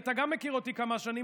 גם אתה מכיר אותי כמה שנים,